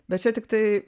bet čia tiktai